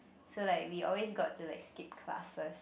so like we also got to like skip classes